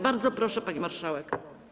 Bardzo proszę, pani marszałek.